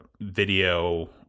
video